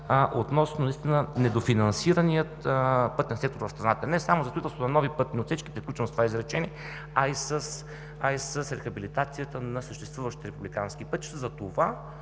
наистина недофинансирания пътен сектор в страната не само за строителство на нови пътни отсечки, и приключвам с това изречение, а и с рехабилитацията на съществуващите републикански пътища.